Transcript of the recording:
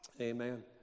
Amen